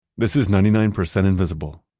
this is ninety nine percent invisible.